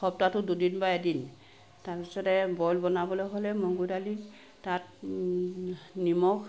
সপ্তাহটোত দুদিন বা এদিন তাৰপাছতে বইল বনাবলৈ হ'লে মগুদালি তাত নিমখ